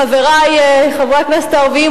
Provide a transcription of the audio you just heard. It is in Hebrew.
חברי חברי הכנסת הערבים,